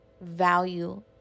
value